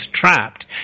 trapped